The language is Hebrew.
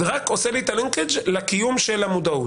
זה רק עושה לי את הלינקג' לקיום של המודעות.